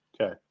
Okay